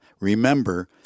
remember